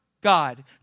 God